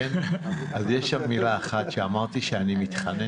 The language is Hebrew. אז יש שם מילה אחת שאמרתי שאני מתחנן,